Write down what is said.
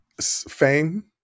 Fame